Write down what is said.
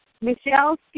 Michelle